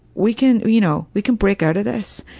we can, you know, we can break out of this.